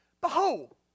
Behold